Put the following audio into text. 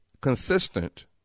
consistent